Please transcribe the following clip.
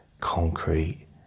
concrete